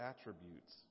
attributes